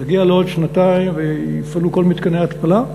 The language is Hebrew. נגיע לעוד שנתיים ויפעלו כל מתקני ההתפלה,